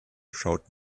schaut